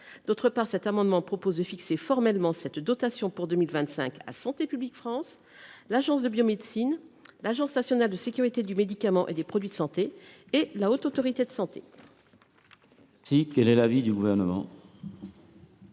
D’autre part, cet amendement tend à fixer formellement cette dotation pour 2025 à Santé publique France, à l’Agence de la biomédecine (ABM), à l’Agence nationale de sécurité du médicament et des produits de santé (ANSM) et à la Haute Autorité de santé (HAS). Quel est l’avis du Gouvernement ?